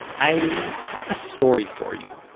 i have a story for you.